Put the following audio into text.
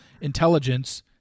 intelligence